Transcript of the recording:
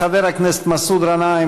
חבר הכנסת מסעוד גנאים,